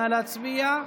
נא להצביע.